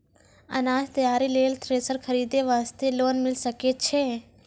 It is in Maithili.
अनाज तैयारी लेल थ्रेसर खरीदे वास्ते लोन मिले सकय छै?